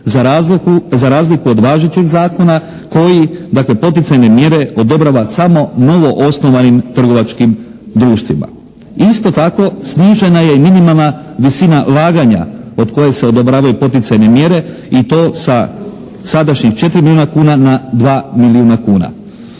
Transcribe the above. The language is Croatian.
za razliku od važećeg zakona koji dakle poticajne mjere odobrava samo novoosnovanim trgovačkim društvima. Isto tako snižena je i minimalna visina ulaganja od koje se odobravaju poticajne mjere i to sa sadašnjih 4 milijuna kuna na 2 milijuna kuna.